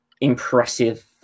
impressive